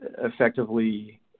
effectively